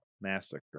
massacre